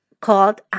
called